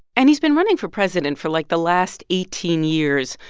and he's been running for president for, like, the last eighteen years,